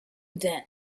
then